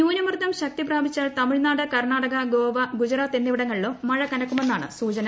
ന്യൂനമർദ്ദം ശക്തി പ്രാപിച്ചാൽ തമിഴ്നാട് കർണാടക ഗോവ ഗുജറാത്ത് എന്നിവിടങ്ങളിലും മഴ കനക്കുമെന്നാണ് സൂചന